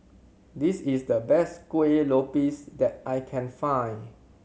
this is the best Kueh Lopes that I can find